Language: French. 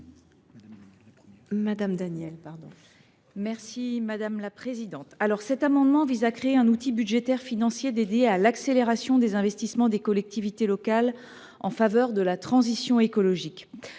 madame la présidente.